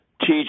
teach